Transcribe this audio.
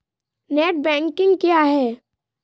Net banking क्या है?